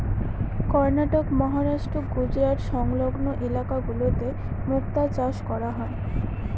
কর্ণাটক, মহারাষ্ট্র, গুজরাট সংলগ্ন ইলাকা গুলোতে মুক্তা চাষ করা হয়